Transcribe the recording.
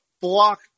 block